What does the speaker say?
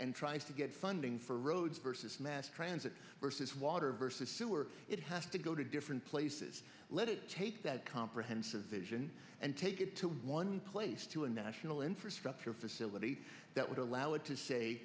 and tries to get funding for roads versus mass transit versus water versus sewer it has to go to different places let it take that comprehensive vision and take it to one place to a national infrastructure facility that would allow it to say